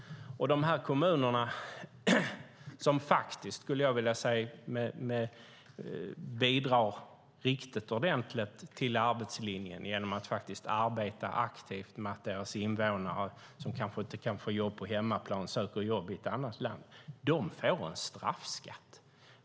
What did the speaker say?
De här kommunerna, skulle jag vilja säga, bidrar riktigt ordentligt till arbetslinjen genom att de arbetar aktivt när det gäller att deras invånare som kanske inte kan få jobb på hemmaplan söker jobb i ett annat land. De kommunerna får en straffskatt.